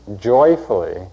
joyfully